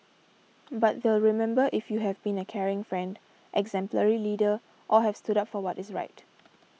but they'll remember if you have been a caring friend exemplary leader or have stood up for what is right